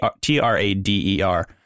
T-R-A-D-E-R